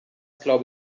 glaube